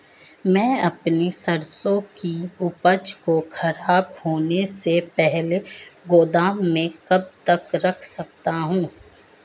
मैं अपनी सरसों की उपज को खराब होने से पहले गोदाम में कब तक रख सकता हूँ?